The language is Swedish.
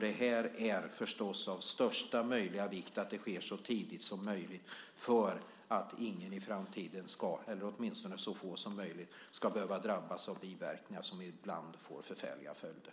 Det är förstås av största möjliga vikt att det sker så tidigt som möjligt för att ingen i framtiden, eller åtminstone så få som möjligt, ska behöva drabbas av biverkningar som ibland får förfärliga följder.